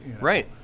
Right